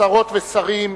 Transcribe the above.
שרות ושרים,